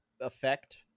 effect